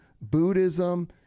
Buddhism